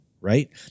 right